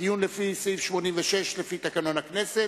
דיון על פי סעיף 86(א) לתקנון הכנסת,